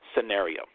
scenario